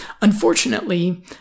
Unfortunately